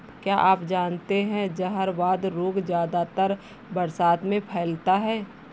क्या आप जानते है जहरवाद रोग ज्यादातर बरसात में फैलता है?